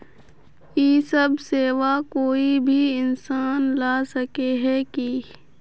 इ सब सेवा कोई भी इंसान ला सके है की?